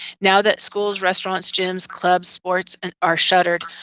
now that schools, restaurants, gyms, clubs, sports and are shuttered,